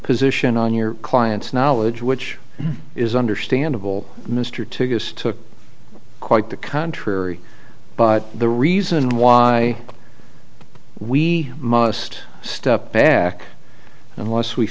position on your client's knowledge which is understandable mr toogood took quite the contrary but the reason why we must step back unless we